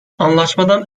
anlaşmadan